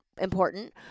important